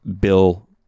bill